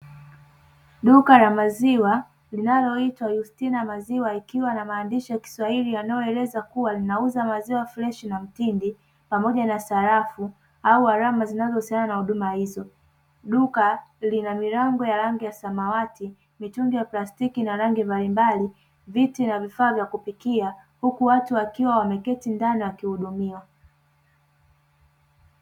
Duka la maziwa linaloitwa 'Yustina Maziwa' likiwa na maandishi ya kiswahili yanayoeleza kuwa linauza maziwa freshi na mtindi pamoja na sarafu au alama zinazohusiana na huduma hizo. Duka lina milango ya rangi ya samawati, mitungi ya plastiki na rangi mbalimbali, viti na vifaa vya kupikia huku watu wakiwa wameketi ndani wakihudumiwa.